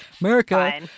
America